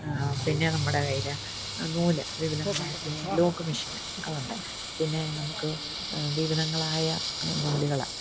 പിന്നെ നമ്മുടെ കൈയിൽ നൂൽ വിവിധങ്ങളായ പേ ലോക്ക് മെഷിന് അതു കൊണ്ട് പിന്നെ നമുക്ക് വിവിധങ്ങളായ നൂലുകൾ